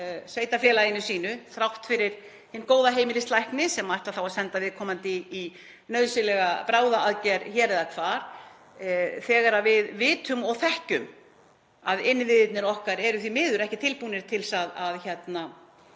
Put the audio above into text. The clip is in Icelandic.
sveitarfélaginu sínu þrátt fyrir hinn góða heimilislækni sem ætlar þá að senda viðkomandi í nauðsynlega bráðaaðgerð hér eða hvar þegar við vitum og þekkjum að innviðirnir okkar eru því miður ekki tilbúnir til að fylgja